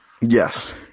Yes